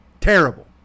Terrible